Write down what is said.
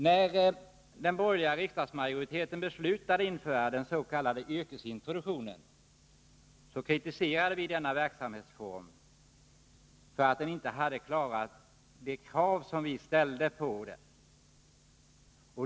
När den borgerliga riksdagsmajoriteten beslutade att införa den s.k. yrkesintroduktionen kritiserade vi denna verksamhetsform därför att den inte klarade de krav som vi ställde.